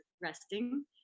resting